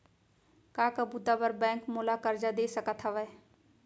का का बुता बर बैंक मोला करजा दे सकत हवे?